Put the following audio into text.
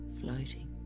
floating